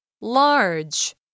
Large